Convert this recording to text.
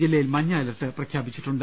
ജില്ലയിൽ മഞ്ഞ അലർട്ട് പ്രഖ്യാപിച്ചിട്ടുണ്ട്